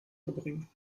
verbringen